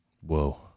Whoa